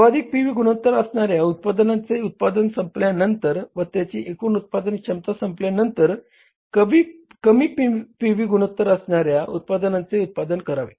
सर्वाधिक P V गुणोत्तर असणाऱ्या उत्पादनांचे उत्पादन संपल्यानंतर व त्याची एकूण उत्पादन क्षमता संपल्यानंतर कमी पी व्ही गुणोत्तर असणाऱ्या उत्पादनांचे उत्पादन करावे